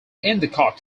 endicott